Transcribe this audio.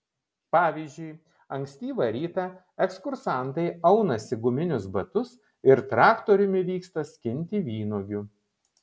pavyzdžiui ankstyvą rytą ekskursantai aunasi guminius batus ir traktoriumi vyksta skinti vynuogių